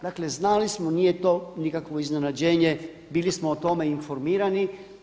Dakle znali smo nije to nikakvo iznenađenje, bilo smo o tome informirani.